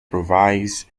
provides